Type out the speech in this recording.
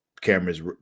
camera's